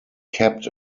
kept